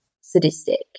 sadistic